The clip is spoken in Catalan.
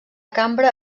cambra